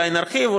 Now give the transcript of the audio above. אולי נרחיב,